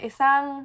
Isang